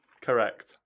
correct